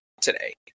today